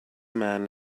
man